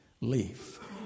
Leave